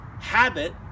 habit